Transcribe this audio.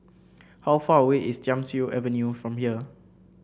how far away is Thiam Siew Avenue from here